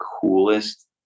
coolest